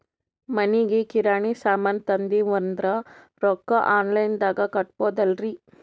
ಮನಿಗಿ ಕಿರಾಣಿ ಸಾಮಾನ ತಂದಿವಂದ್ರ ರೊಕ್ಕ ಆನ್ ಲೈನ್ ದಾಗ ಕೊಡ್ಬೋದಲ್ರಿ?